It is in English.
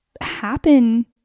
happen